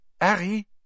Harry